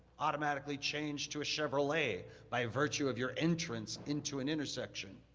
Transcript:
automatically change to a chevrolet by virtue of your entrance into an intersection?